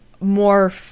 more